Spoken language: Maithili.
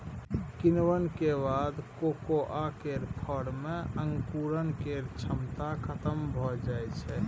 किण्वन केर बाद कोकोआ केर फर मे अंकुरण केर क्षमता खतम भए जाइ छै